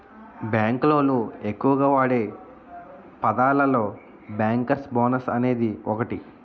bank లోళ్ళు ఎక్కువగా వాడే పదాలలో బ్యేంకర్స్ బోనస్ అనేది ఒకటి